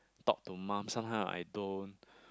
talk to mom sometimes I don't